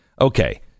Okay